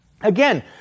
Again